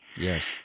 Yes